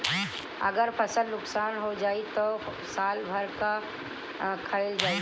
अगर फसल नुकसान हो जाई त साल भर का खाईल जाई